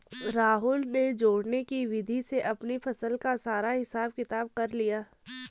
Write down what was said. राहुल ने जोड़ने की विधि से अपनी फसल का सारा हिसाब किताब कर लिया